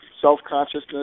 self-consciousness